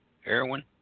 Heroin